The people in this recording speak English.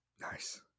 Nice